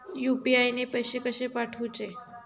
UPI ने पैशे कशे पाठवूचे?